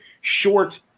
Short